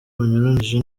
bunyuranije